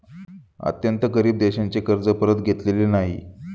अत्यंत गरीब देशांचे कर्ज परत घेतलेले नाही